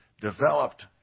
developed